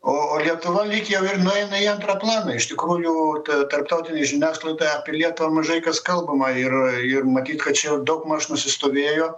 o o lietuva lyg jau ir nueina į antrą planą iš tikrųjų ta tarptautinėj žiniasklaidoje apie lietuvą mažai kas kalbama ir matyt kad čia daugmaž nusistovėjo